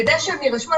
כדי שהם יירשמו,